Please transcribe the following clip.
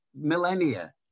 millennia